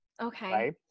Okay